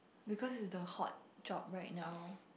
because is the hot job right now